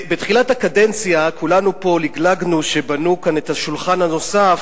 בתחילת הקדנציה כולנו פה לגלגנו כשבנו כאן את השולחן הנוסף,